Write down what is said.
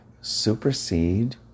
supersede